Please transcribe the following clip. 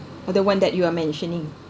or the one that you are mentioning